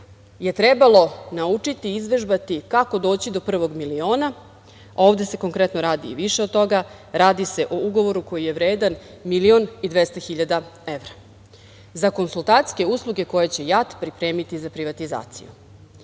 je trebalo naučiti i izvežbati kako doći do prvog miliona, a ovde se konkretno radi i više od toga, radi se o ugovoru koji je vredan 1.200.000 evra, za konsultantske usluge koje će "Jat Aiarways" pripremiti za privatizaciju. Nijedan